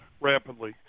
rapidly